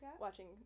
Watching